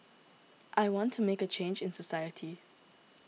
I want to make a change in society